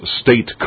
state